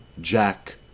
Jack